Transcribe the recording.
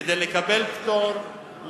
כדי לקבל פטור,